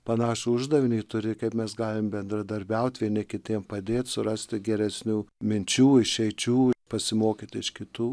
panašų uždavinį turi kaip mes galim bendradarbiaut vieni kitiem padėt surasti geresnių minčių išeičių pasimokyti iš kitų